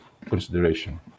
consideration